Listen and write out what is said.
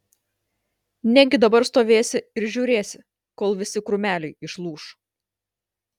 negi dabar stovėsi ir žiūrėsi kol visi krūmeliai išlūš